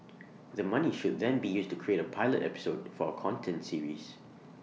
the money should then be used to create A pilot episode for A content series